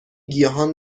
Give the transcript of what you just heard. گیاهان